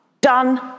done